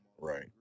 right